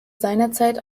seinerzeit